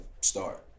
start